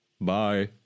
Bye